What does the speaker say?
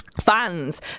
fans